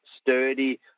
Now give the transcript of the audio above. sturdy